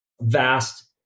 vast